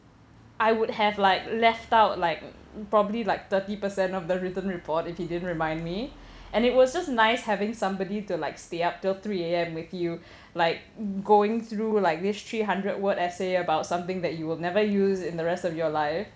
I would have like left out like probably like thirty percent of the written report if he didn't remind me and it was just nice having somebody to like stay up till three A_M with you like going through like this three hundred word essay about something that you will never use in the rest of your life